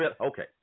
okay